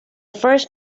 first